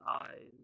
eyes